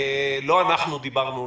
לא אנחנו דיברנו,